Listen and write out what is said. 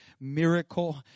Miracle